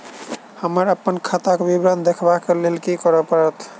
हमरा अप्पन खाताक विवरण देखबा लेल की करऽ पड़त?